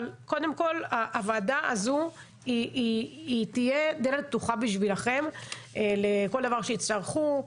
קודם כל הוועדה הזו תהיה דלת פתוחה בשבילכם לכל דבר שתצטרכו.